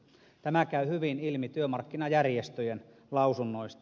tämä käy hyvin ilmi työmarkkinajärjestöjen lausunnoista